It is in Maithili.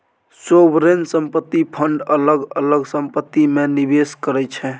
सोवरेन संपत्ति फंड अलग अलग संपत्ति मे निबेस करै छै